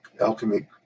Alchemy